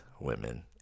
women